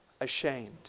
ashamed